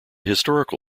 historical